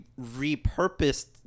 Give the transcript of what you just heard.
repurposed